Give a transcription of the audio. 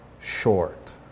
short